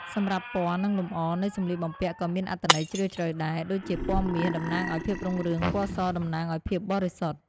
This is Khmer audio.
សម្រាប់ពណ៌ និងលម្អ នៃសម្លៀកបំពាក់ក៏មានអត្ថន័យជ្រាលជ្រៅដែរ ដូចជាពណ៌មាស តំណាងឱ្យភាពរុងរឿង ពណ៌ស តំណាងឱ្យភាពបរិសុទ្ធ។